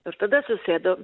ir tada susėdom